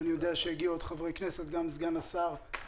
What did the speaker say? יגיעו עוד דבר חברי כנסת, וגם סגן שרת